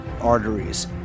arteries